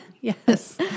Yes